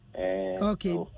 Okay